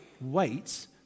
wait